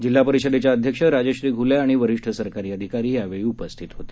जिल्हा परिषदेच्या अध्यक्ष राजश्री घुले आणि वरीष्ठ सरकारी अधिकारी यावेळी उपस्थित होते